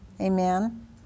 Amen